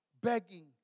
begging